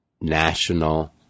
national